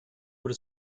por